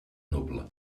noble